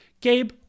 Gabe